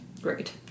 Great